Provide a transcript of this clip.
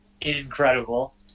incredible